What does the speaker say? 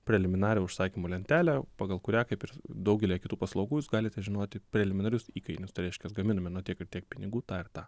preliminarią užsakymo lentelę pagal kurią kaip ir daugelyje kitų paslaugų jūs galite žinoti preliminarius įkainius tai reiškias gaminame nuo tiek ir tiek pinigų tą ir tą